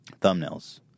Thumbnails